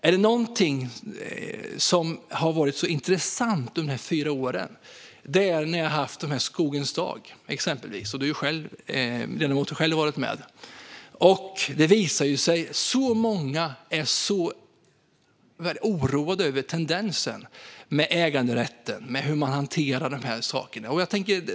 Är det någonting som har varit intressant under dessa fyra år är det när vi har haft Skogens dag, exempelvis. Ledamoten har själv varit med. Det visar sig att många är så oroade över tendensen med äganderätten och hur man hanterar de här sakerna.